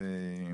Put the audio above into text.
כן.